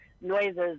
noises